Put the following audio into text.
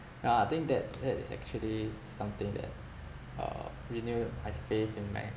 yeah I think that that is actually something that uh renewed my faith in